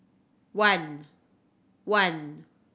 one